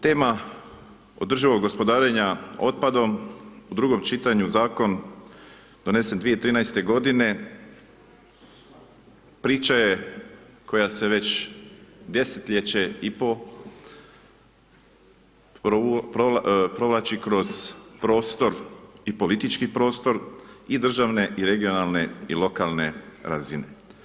Tema održivog gospodarenja otpadom u drugom čitanju, zakon donesen 2013. g. priča je koja se već desetljeće i pol provlači kroz prostor i politički prostor i državne i regionalne i lokalne razine.